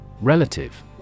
Relative